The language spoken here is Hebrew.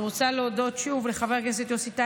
אני רוצה להודות שוב לחבר הכנסת יוסי טייב,